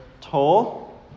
tall